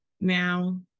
Now